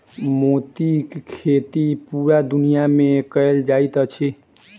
मोतीक खेती पूरा दुनिया मे कयल जाइत अछि